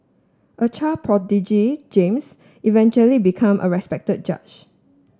a child prodigy James eventually become a respected judge